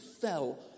fell